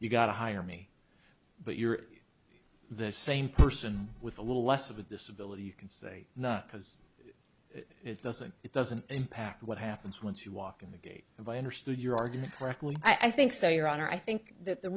you gotta hire me but you're the same person with a little less of a disability you can say no because it doesn't it doesn't impact what happens once you walk in the gate if i understood your argument correctly i think so your honor i think that the